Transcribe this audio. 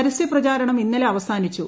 പരസ്യപ്രചാരണം ഇന്നലെ അവസാനിച്ചു